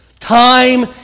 Time